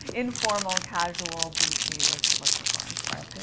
informal, casual, beachy was the look we're going for.